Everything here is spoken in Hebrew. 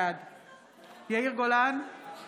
בעד יאיר גולן, נגד